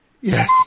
Yes